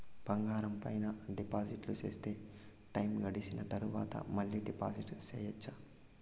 బంగారం పైన డిపాజిట్లు సేస్తే, టైము గడిసిన తరవాత, మళ్ళీ డిపాజిట్లు సెయొచ్చా?